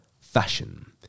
Fashion